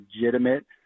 legitimate